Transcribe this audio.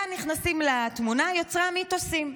כאן נכנסים לתמונה יוצרי המיתוסים.